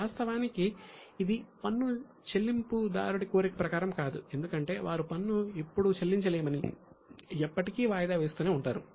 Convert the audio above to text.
వాస్తవానికి ఇది పన్ను చెల్లింపుదారుడి కోరిక ప్రకారం కాదు ఎందుకంటే వారు పన్ను ఇప్పుడు చెల్లించలేమని ఎప్పటికీ వాయిదా వేస్తూనే ఉంటారు